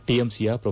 ಟಿಎಂಸಿಯ pro